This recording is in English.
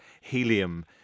Helium